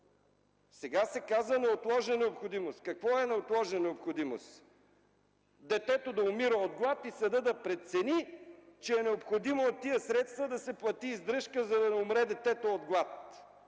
сега се казва неотложна необходимост и какво е неотложна необходимост – детето да умира от глад, а съдът да прецени, че е необходимо от тези средства да се плати издръжка, за да не умре детето от глад.